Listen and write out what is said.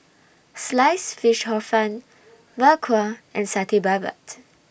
Sliced Fish Hor Fun Bak Kwa and Satay Babat